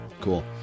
Cool